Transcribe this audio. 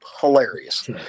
hilarious